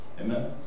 Amen